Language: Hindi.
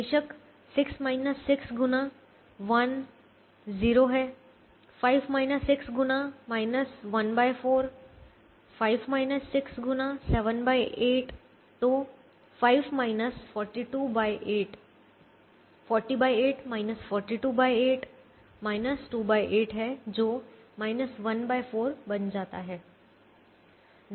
बेशक 6 6 गुना 1 0 है 5 6 गुना 14 5 6 गुना 7 8 तो 5 428 408 428 28 है जो 1 4 बन जाता है